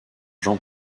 jean